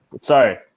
sorry